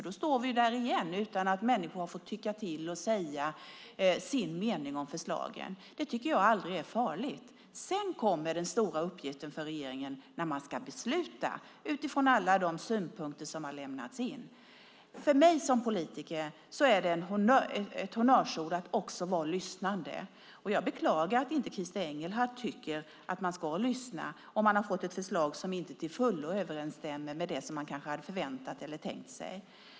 Då står vi ju där igen utan att människor har fått tycka till och säga sin mening om förslagen. Det tycker jag är farligt. När man sedan ska fatta beslut utifrån alla de synpunkter som har lämnats in kommer den stora uppgiften för regeringen. För mig som politiker är det ett honnörsord att också vara lyssnande, och jag beklagar att Christer Engelhardt inte tycker att man ska lyssna om man har fått ett förslag som inte till fullo överensstämmer med det som man kanske hade väntat eller tänkt sig.